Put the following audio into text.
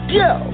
go